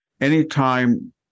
anytime